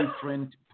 different